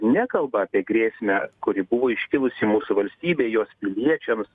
nekalba apie grėsmę kuri buvo iškilusi mūsų valstybei jos piliečiams